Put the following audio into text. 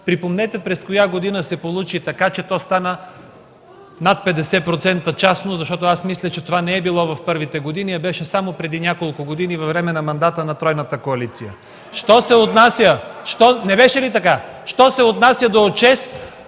припомнете през коя година се получи така, че то стана над 50% частно, защото мисля, че това не е било в първите години, а беше само преди няколко години във време на мандата на тройната коалиция. (Шум и реплики